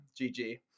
gg